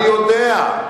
אני יודע.